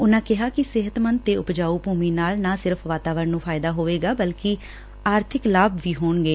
ਉਨੂਾ ਕਿਹਾ ਕਿ ਸਿਹਤਮੰਦ ਅਤੇ ਉਪਜਾਓ ਭੁਮੀ ਨਾਲ ਨਾ ਸਿਰਫ਼ ਵਾਤਾਵਰਨ ਨੂੰ ਫਾਇਦਾ ਹੋਵੇਗਾ ਬਲਕਿ ਆਰਬਿਕ ਲਾਭ ਵੀ ਹੋਣਗੇ